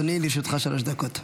בבקשה, אדוני, לרשותך שלוש דקות.